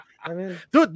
dude